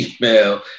email